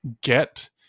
get